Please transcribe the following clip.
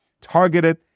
targeted